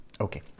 okay